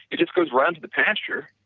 it just goes around to the pasture,